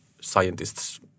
scientists